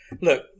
look